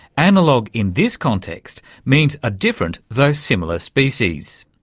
analogue in this context means a different though similar species.